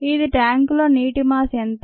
ఇది ట్యాంకులో నీటి మాస్ ఎంత